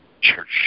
church